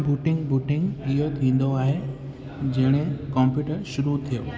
booting booting इहो थींदो आहे जॾहिं कोंप्यूटर शुरू थियो